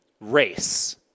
race